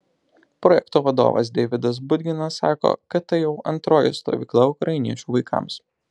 projekto vadovas deividas budginas sako kad tai jau antroji stovykla ukrainiečių vaikams